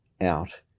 out